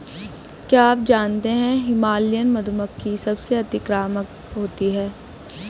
क्या आप जानते है हिमालयन मधुमक्खी सबसे अतिक्रामक होती है?